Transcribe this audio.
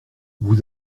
vous